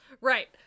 Right